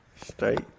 Straight